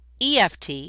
EFT